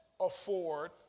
afford